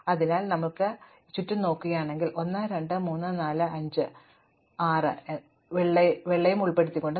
അതിനാൽ ഞങ്ങൾക്ക് ഇത് ഉണ്ട് നിങ്ങൾ ചുറ്റും നോക്കുകയാണെങ്കിൽ ഈ മാപ്പിൽ 1 2 3 4 എന്നിട്ട് 5 കുറഞ്ഞത് അഞ്ച് നിറങ്ങളെങ്കിലും നിങ്ങൾ കണ്ടെത്തും 6 നിങ്ങൾ ഈ വെള്ളയും മറ്റും ഉൾപ്പെടുത്തിയാൽ